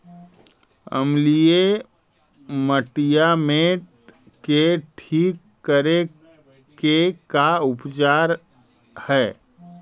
अमलिय मटियामेट के ठिक करे के का उपचार है?